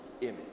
image